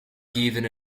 given